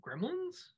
Gremlins